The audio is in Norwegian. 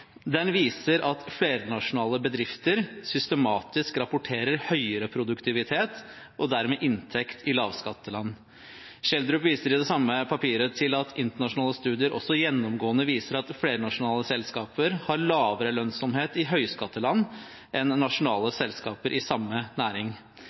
Den viser at flernasjonale bedrifter systematisk rapporterer høyere produktivitet – og dermed inntekt – i lavskatteland. Schjelderup viser i det samme notatet til at internasjonale studier gjennomgående også viser at flernasjonale selskaper har lavere lønnsomhet i høyskatteland enn